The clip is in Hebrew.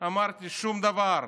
אמרתי: שום דבר.